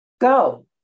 go